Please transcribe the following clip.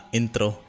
intro